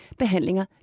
behandlinger